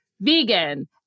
vegan